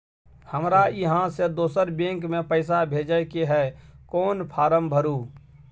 हमरा इहाँ से दोसर बैंक में पैसा भेजय के है, कोन फारम भरू?